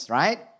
right